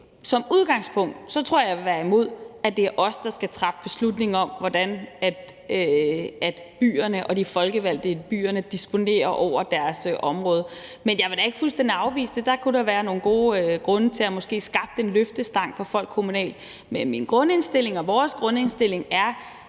at jeg vil være imod, at det er os, der skal træffe beslutning om, hvordan byerne og de folkevalgte i byerne disponerer over deres område. Men jeg vil ikke fuldstændig afvise det. Der kunne da være nogle gode grunde til måske at få skabt en løftestang for folk kommunalt. Men min og vores grundindstilling er,